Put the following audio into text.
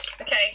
Okay